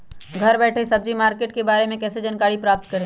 घर बैठे सब्जी मार्केट के बारे में कैसे जानकारी प्राप्त करें?